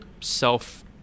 self